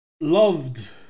Loved